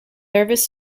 nervous